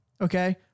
Okay